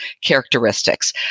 characteristics